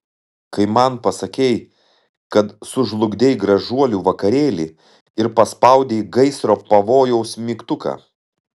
kai man pasakei kad sužlugdei gražuolių vakarėlį ir paspaudei gaisro pavojaus mygtuką